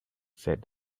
said